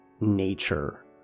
nature